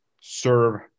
serve